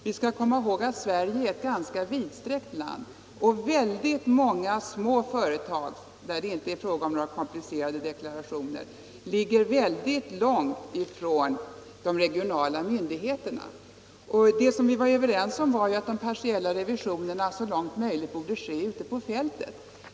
Vi skall komma ihåg att Sverige är ett ganska vidsträckt land, och väldigt många små företag, där det inte är fråga om några komplicerade deklarationer, ligger långt från de regionala myndigheterna. Vi är ju överens om att de partiella revisionerna så långt möjligt bör ske ute på fältet.